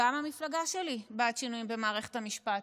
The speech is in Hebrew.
גם המפלגה שלי בעד שינויים במערכת המשפט.